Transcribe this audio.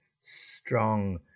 strong